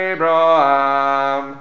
Abraham